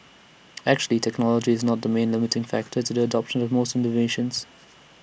actually technology is not the main limiting factor to the adoption of most innovations